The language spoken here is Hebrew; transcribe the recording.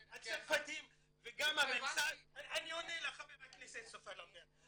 אני עונה לחברת הכנסת סופה לנדבר.